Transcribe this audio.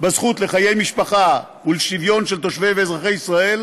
לחיי משפחה ולשוויון של תושבי ואזרחי ישראל